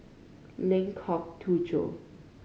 Lengkok Tujoh